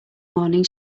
morning